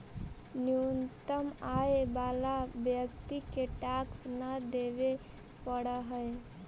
न्यूनतम आय वाला व्यक्ति के टैक्स न देवे पड़ऽ हई